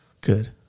Good